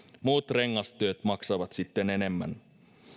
muut rengastyöt maksavat sitten enemmän